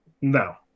No